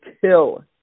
kill